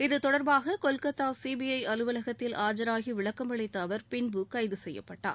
இது தொடர்பாக கொல்கத்தா சிபிஐ அலுவலகத்தில் ஆஜராகி விளக்கமளித்த அவர் பின்பு கைது செய்யப்பட்டார்